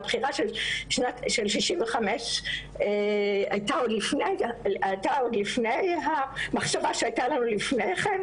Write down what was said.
והבחירה של שנת 65 הייתה עוד לפני המחשבה שהייתה לנו לפני כן,